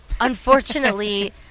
Unfortunately